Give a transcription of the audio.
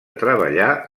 treballar